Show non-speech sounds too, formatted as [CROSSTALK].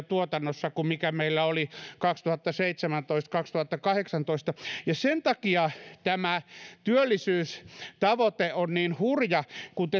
[UNINTELLIGIBLE] tuotannossa kuin mikä meillä oli kaksituhattaseitsemäntoista viiva kaksituhattakahdeksantoista sen takia tämä työllisyystavoite on niin hurja